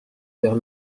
vers